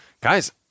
Guys